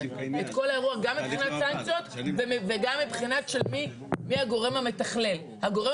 גם מבחינת סנקציות וגם מבחינת מי הגורם המתכלל הגורם